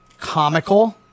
comical